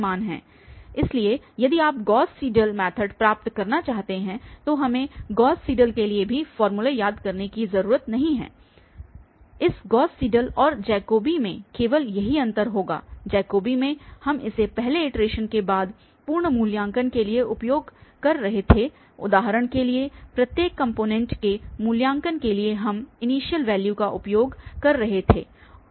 इसलिए यदि आप गॉस सीडल मैथड प्राप्त करना चाहते हैं तो हमें गॉस सीडल के लिए भी फॉर्मूला याद नहीं रखना है इस गॉस सीडल और जैकोबी में केवल यही अंतर होगा जैकोबी में हम इसे पहले इटरेशन के बाद पूर्ण मूल्यांकन के लिए उपयोग कर रहे थे उदाहरण के लिए प्रत्येक कॉम्पोनेंट के मूल्यांकन के लिए हम इनीशियल वैल्यूस का उपयोग कर रहे थे